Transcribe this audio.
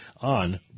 on